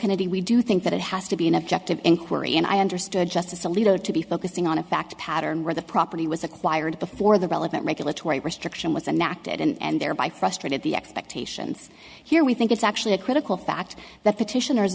kennedy we do think that it has to be an objective inquiry and i understood justice alito to be focusing on a fact pattern where the property was acquired before the relevant regulatory restriction was inactive and thereby frustrated the expectations here we think it's actually a critical fact that petitioners